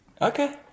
Okay